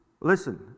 Listen